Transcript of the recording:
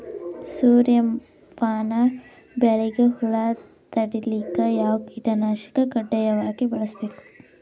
ಸೂರ್ಯಪಾನ ಬೆಳಿಗ ಹುಳ ತಡಿಲಿಕ ಯಾವ ಕೀಟನಾಶಕ ಕಡ್ಡಾಯವಾಗಿ ಬಳಸಬೇಕು?